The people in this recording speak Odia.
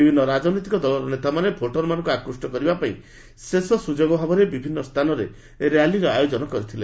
ବିଭିନ୍ନ ରାଜନୈତିକ ଦଳର ନେତାମାନେ ଭୋଟରମାନଙ୍କୁ ଆକୁଷ୍ଟ କରିବା ପାଇଁ ଶେଷ ସୁଯୋଗ ଭାବରେ ବିଭିନ୍ନ ସ୍ଥାନରେ ର୍ୟାଲିର ଆୟୋଜନ କରିଛନ୍ତି